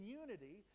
unity